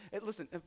listen